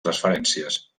transferències